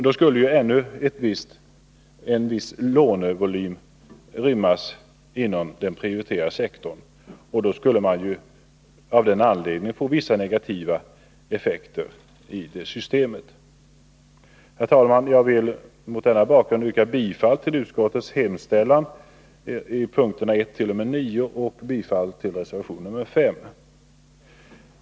Då skulle ännu en viss lånevolym rymmas inom den prioriterade sektorn och av den anledningen skulle vissa andra negativa effekter uppstå i systemet. Nr 30 Herr talman! Jag vill mot denna bakgrund yrka bifall till utskottets hemställan vid punkterna 1-9 och bifall till reservation 5.